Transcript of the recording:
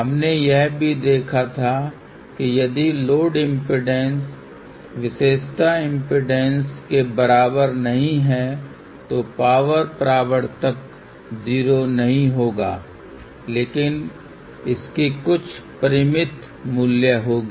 हमने यह भी देखा था कि यदि लोड इम्पीडेन्स विशेषता इम्पीडेन्स के बराबर नहीं है तो पावर परावर्तक जीरो नहीं होगा लेकिन इसकी कुछ परिमित मूल्य होगी